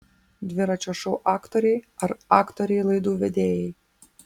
dviračio šou aktoriai ar aktoriai laidų vedėjai